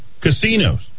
casinos